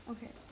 Okay